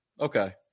Okay